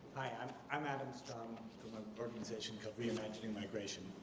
hi. i'm i'm adam strom, from an organization called re-imagining migration.